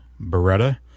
Beretta